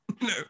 No